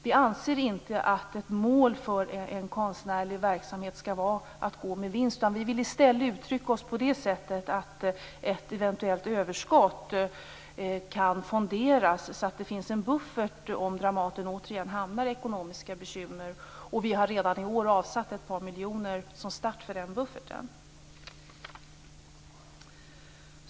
Vi anser inte att det skall vara ett mål för en konstnärlig verksamhet att gå med vinst, utan vi vill i stället uttrycka oss så att ett eventuellt överskott kan fonderas och bli en buffert om Dramaten återigen hamnar i ekonomiska bekymmer. Vi har redan i år avsatt ett par miljoner som start för den bufferten.